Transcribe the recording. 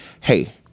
hey